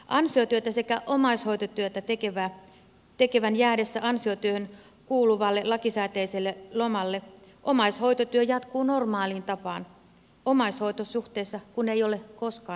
ansiotyötä sekä omaishoitotyötä tekevän jäädessä ansiotyöhön kuuluvalle lakisääteiselle lomalle omaishoitotyö jatkuu normaaliin tapaan omaishoitosuhteessa kun ei ole koskaan vapaata